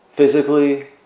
physically